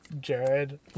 jared